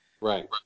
Right